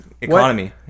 economy